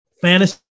Fantasy